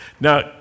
Now